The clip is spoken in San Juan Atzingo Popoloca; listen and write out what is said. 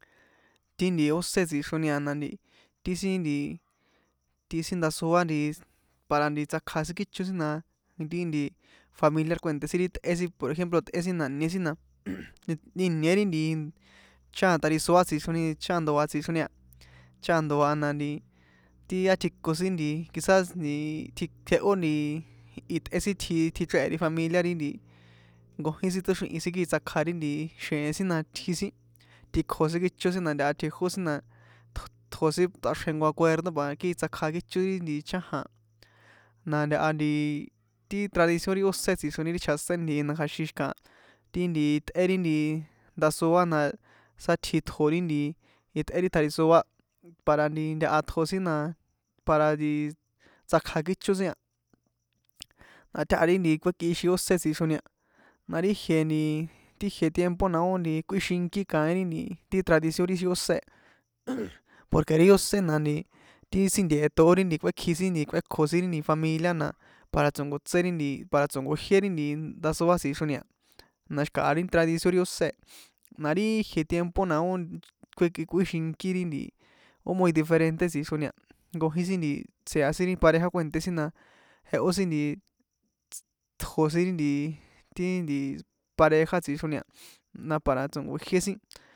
Ti nti ósé tsixro a na nti ti sin nti ti sin ndasoa nti para nti tsakja sin kícho sin na nti ti familiar kuènté sin ri tꞌé sin por ejemplo tꞌé sin na ñe sin na ìnie ri nti chajan tjarisoá tsixroni a chajan ndoa tsixroni a chajan ndoa na nti ti átjiko sin quizás jehó nti itꞌé sin tji tjichréhe̱ ri familia ri nti nkojín sin toxríhi̱n kixin tsakja ri nti xjeen sin na tji sin tikjo sin kícho sin ntaha tjejó sin na tjo sin tꞌaxrje jnko acuerdo pa kii tsakja kícho ri chájan na ntaha nti ti tradicio ri ósé tsixroni ti chjaseni ntihi na kja̱xin xi̱kaha ti nti tꞌé ri nti ndasoa na sátji tjo ri nti itꞌé ri tjarisoa para nti taha tjo sin na para nti tsakja kícho sin a na táha ri nti kuékixin ósé tsixro a ni na ri jie ti ijie tiempo na ó kꞌuixinki kaín ri nti ti tradición ri ixi ósé, porque ri ósé na nti ti sin nteṭo ó ri kuekji sin nti kꞌuékjo sin ri nti familia na para tso̱nkotse ri nti para tso̱nkojié ri ndasoa tsixroni a na xi̱kaha ri tradición ri ósé e na ri jie tiempo na ó kjuix kꞌuíxinki ri ó muy diferente tsixroni nkojin tsjea sin ri pareja kue̱nté sin na jeho sin nti tjo sin ri nti ti nti pareja tsixro a nda para tso̱nkojié.